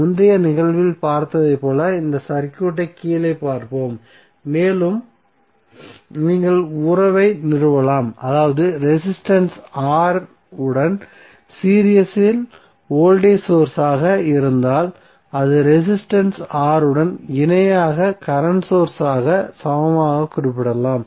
முந்தைய நிகழ்வில் பார்த்ததைப் போல இந்த சர்க்யூட்டை கீழே பார்ப்போம் மேலும் நீங்கள் உறவை நிறுவலாம் அதாவது ரெசிஸ்டன்ஸ் R உடன் சீரிஸ் இல் வோல்டேஜ் சோர்ஸ் ஆக இருந்தால் அது ரெசிஸ்டன்ஸ் R உடன் இணையாக கரண்ட் சோர்ஸ் ஆக சமமாக குறிப்பிடப்படலாம்